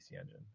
Engine